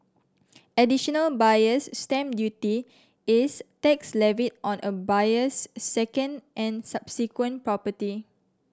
Additional Buyer's Stamp Duty is tax levied on a buyer's second and subsequent property